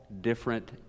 different